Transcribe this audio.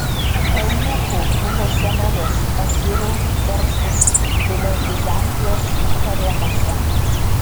eunuchų buvo senovės asirų persų vėliau bizantijos haremuose